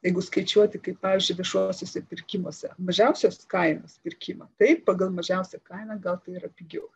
jeigu skaičiuoti kaip pavyzdžiui viešuosiuose pirkimuose mažiausios kainos pirkimą taip pagal mažiausią kainą gal tai yra pigiau